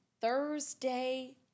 Thursday